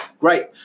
great